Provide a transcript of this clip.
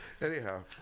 Anyhow